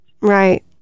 Right